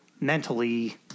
mentally